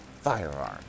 firearm